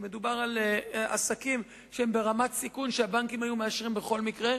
כי מדובר בעסקים שהם ברמת סיכון שהבנקים היו מאשרים בכל מקרה.